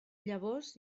llavors